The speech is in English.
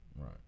Right